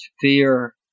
fear